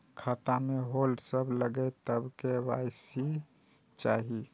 खाता में होल्ड सब लगे तब के.वाई.सी चाहि?